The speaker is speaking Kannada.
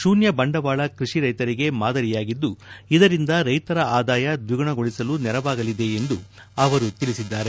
ಶೂನ್ಯ ಬಂಡವಾಳ ಕ್ವಡಿ ರೈತರಿಗೆ ಮಾದರಿಯಾಗಿದ್ದು ಇದರಿಂದ ರೈತರ ಆದಾಯ ದ್ವಿಗುಣಗೊಳಿಸಲು ನೆರವಾಗಲಿದೆ ಎಂದು ಹೇಳಿದ್ದಾರೆ